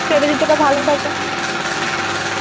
যদি জুতোটা ভালো থাকে